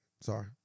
Sorry